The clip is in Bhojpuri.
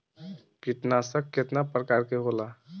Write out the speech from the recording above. कीटनाशक केतना प्रकार के होला?